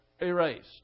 erased